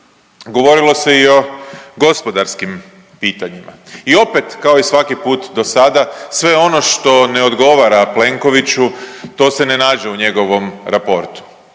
Govorilo se i o gospodarskim pitanjima. I opet kao i svaki put do sada sve ono što ne odgovara Plenkoviću to se ne nađe u njegovom raportu